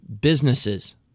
businesses